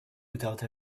without